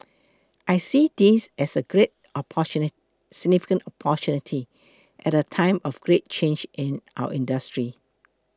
I see this as a significant opportunity at a time of great change in our industry